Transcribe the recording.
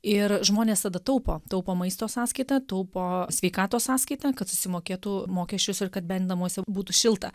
ir žmonės tada taupo taupo maisto sąskaita taupo sveikatos sąskaita kad susimokėtų mokesčius ir kad bent namuose būtų šilta